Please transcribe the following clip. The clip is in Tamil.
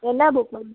என்ன புக் மேம்